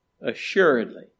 assuredly